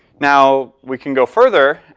now we can go further.